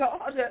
God